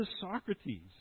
Socrates